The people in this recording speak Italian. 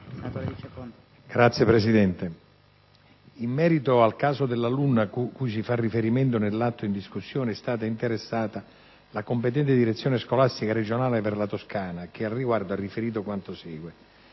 la ricerca*. In merito al caso dell'alunna cui si fa riferimento nell'atto in discussione, è stata interessata la competente direzione scolastica regionale per la Toscana che, al riguardo, ha riferito quanto segue.